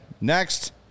Next